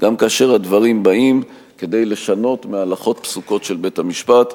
גם כאשר הדברים באים כדי לשנות מהלכות פסוקות של בית-המשפט.